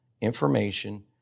information